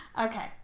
Okay